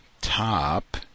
top